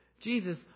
Jesus